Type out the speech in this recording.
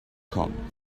come